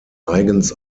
eigens